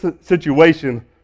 situation